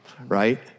right